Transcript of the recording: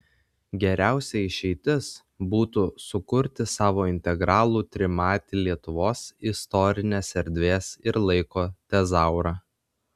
geriausia išeitis būtų sukurti savo integralų trimatį lietuvos istorinės erdvės ir laiko tezaurą